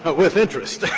ah with interest